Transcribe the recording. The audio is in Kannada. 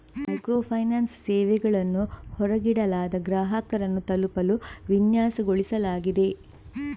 ಮೈಕ್ರೋ ಫೈನಾನ್ಸ್ ಸೇವೆಗಳನ್ನು ಹೊರಗಿಡಲಾದ ಗ್ರಾಹಕರನ್ನು ತಲುಪಲು ವಿನ್ಯಾಸಗೊಳಿಸಲಾಗಿದೆ